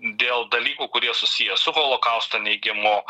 dėl dalykų kurie susiję su holokausto neigimu